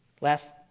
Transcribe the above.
last